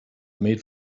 made